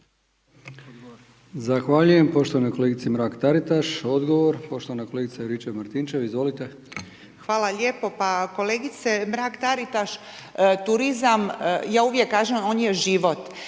Zahvaljujem poštovanoj kolegici Mrak Taritaš. Odgovor poštovana kolegica Juričev-Martinčev. Izvolite. **Juričev-Martinčev, Branka (HDZ)** Hvala lijepo. Pa kolegice Mrak Taritaš turizam, ja uvijek kažem on je život.